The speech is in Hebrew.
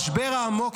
כן, כן, שמענו.